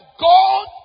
God